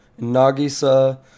Nagisa